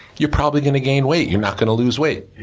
you're probably gonna gain weight, you're not gonna lose weight.